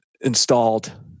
installed